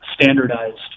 standardized